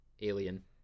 alien